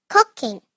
Cooking